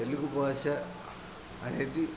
తెలుగు భాష అనేది